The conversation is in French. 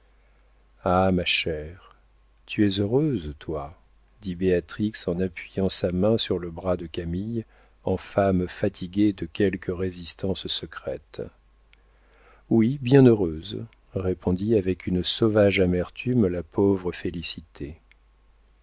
ah ma chère tu es heureuse toi dit béatrix en appuyant sa main sur le bras de camille en femme fatiguée de quelque résistance secrète oui bien heureuse répondit avec une sauvage amertume la pauvre félicité